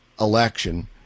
election